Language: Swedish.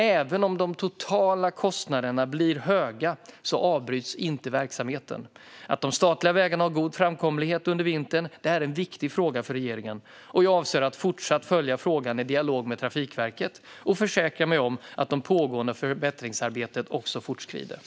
Även om de totala kostnaderna blir höga avbryts inte verksamheten. Att de statliga vägarna har god framkomlighet under vintern är en viktig fråga för regeringen. Jag avser att fortsätta följa frågan i dialog med Trafikverket och försäkra mig om att det pågående förbättringsarbetet fortskrider.